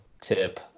tip